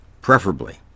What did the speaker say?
preferably